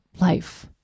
life